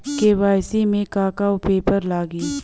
KYC में का का पेपर लगी?